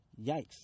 Yikes